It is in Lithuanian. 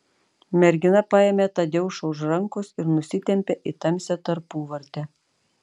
mergina paėmė tadeušą už rankos ir nusitempė į tamsią tarpuvartę